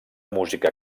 música